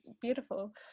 beautiful